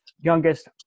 youngest